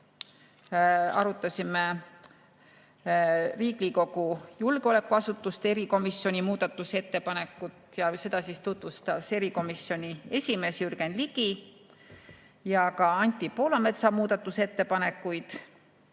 arutasime seal Riigikogu julgeolekuasutuste erikomisjoni muudatusettepanekut, mida tutvustas erikomisjoni esimees Jürgen Ligi, ja ka Anti Poolametsa muudatusettepanekuid.